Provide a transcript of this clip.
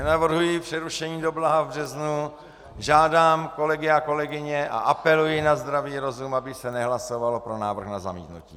Nenavrhuji přerušení do blaha v březnu, žádám kolegy a kolegyně a apeluji na zdravý rozum, aby se nehlasovalo pro návrh na zamítnutí.